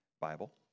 Bible